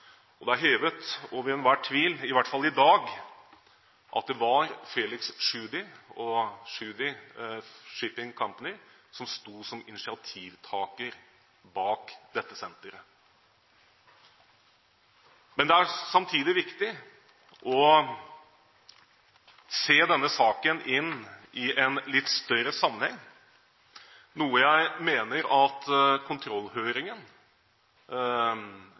nordområdelogistikk? Det er hevet over enhver tvil, i hvert fall i dag, at det var Felix Tschudi og Tschudi Shipping Company som sto som initiativtaker bak dette senteret. Men det er samtidig viktig å se denne saken i en litt større sammenheng, noe jeg mener at kontrollhøringen